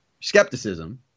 Skepticism